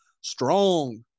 strong